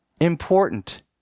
important